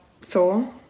Thor